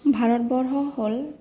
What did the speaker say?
ভাৰতবৰ্ষ হ'ল